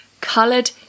coloured